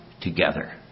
together